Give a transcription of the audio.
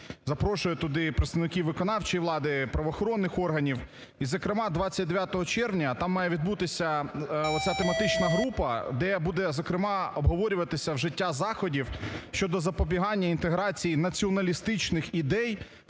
запрошує туди представників виконавчої влади, правоохоронних органів. І, зокрема, 29 червня там має відбутися ця тематична група, де буде, зокрема, обговорюватися вжиття заходів щодо запобігання інтеграції націоналістичних ідей